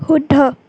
শুদ্ধ